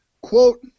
Quote